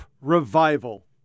revival